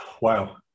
wow